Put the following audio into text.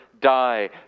die